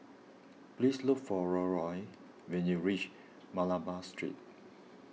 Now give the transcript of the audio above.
please look for Leroy when you reach Malabar Street